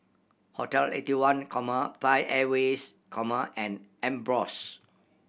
Hotel Eighty one comma Thai Airways comma and Ambros